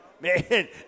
man